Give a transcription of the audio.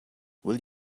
will